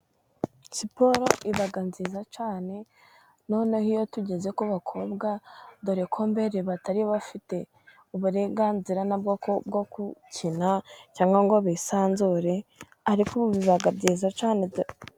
Siporo iba nziza cyane noneho iyo tugeze ku bakobwa, dore ko mbere batari bafite uburenganzira na bwo bwo gukina cyangwa ngo bisanzure, ariko biba byiza cyane.